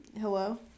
Hello